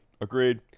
Agreed